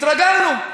התרגלנו.